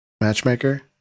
Matchmaker